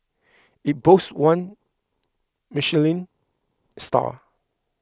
it boasts one Michelin star